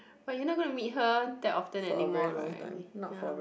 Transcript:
but you're not gonna meet her that often any more right ya